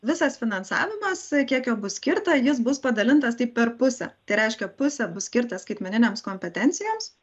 visas finansavimas kiek jo bus skirta jis bus padalintas taip per pusę tai reiškia pusė bus skirta skaitmeninėms kompetencijoms